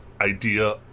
idea